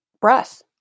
breath